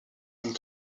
and